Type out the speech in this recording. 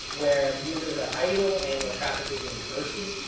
where the users are idle and or traffic is really bursty.